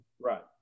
Right